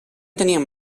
tenien